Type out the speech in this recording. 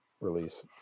release